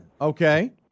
Okay